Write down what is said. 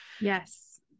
Yes